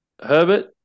Herbert